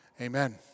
Amen